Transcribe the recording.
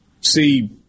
see